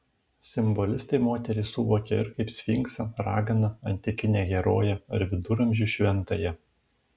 simbolistai moterį suvokė ir kaip sfinksą raganą antikinę heroję ar viduramžių šventąją